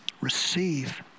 receive